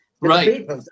Right